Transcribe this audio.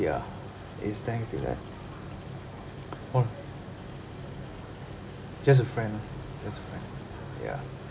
ya is thanks to that oh just a friend lah just a friend ya